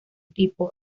tipo